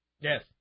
Yes